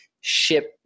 ship